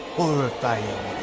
horrifying